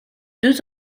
deux